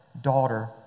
daughter